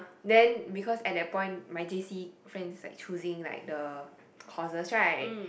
then because at that point my j_c friends like choosing like the courses right